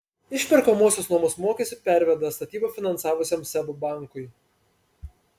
išperkamosios nuomos mokestį perveda statybą finansavusiam seb bankui